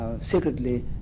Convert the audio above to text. secretly